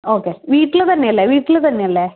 okay വീട്ടില് തന്നെയല്ലേ okay വീട്ടില് തന്നെയല്ലേ